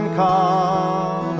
call